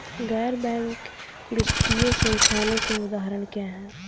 गैर बैंक वित्तीय संस्थानों के उदाहरण क्या हैं?